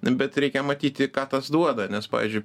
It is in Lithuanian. bet reikia matyti ką tas duoda nes pavyzdžiui